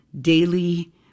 daily